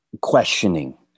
questioning